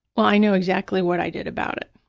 well, i know exactly what i did about it.